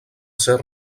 ser